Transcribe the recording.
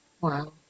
Wow